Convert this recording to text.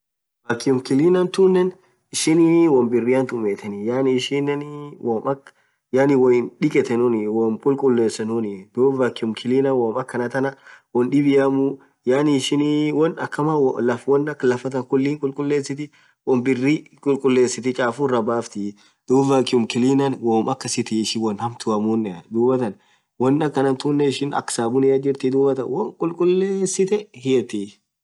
Vacuum cleaner tunen ishin wonn birrian tumetheni yaani ishinenin woo akha yaani wooinn dhekethenuni woo khulkhulsenunin dhub vacuum cleaner woom akhana thana wonn dhibiamu yaani ishin wonn akha laffa than hin khulkhullesith wonn birri khulkhullesith chafuu irabafti dhub vacuum cleaner woom akhasith dhub wonn hamtuamunea dhuathan wonn akhana tunen ishin akha sabunia jirti dhuathan won khulkhullesithe hii yethii